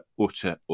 utter